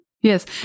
Yes